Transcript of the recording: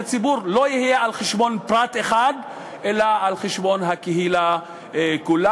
ציבור לא יהיה על חשבון פרט אחד אלא על חשבון הקהילה כולה.